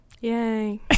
Yay